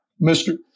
Mr